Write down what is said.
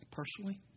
personally